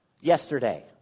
Yesterday